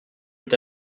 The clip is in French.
est